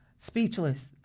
Speechless